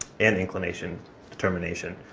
and inclination determination.